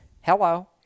Hello